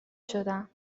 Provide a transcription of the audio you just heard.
شدم